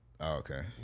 okay